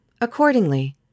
Accordingly